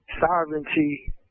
sovereignty